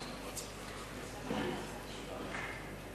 כבוד היושב-ראש,